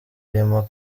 arimo